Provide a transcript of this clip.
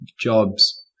jobs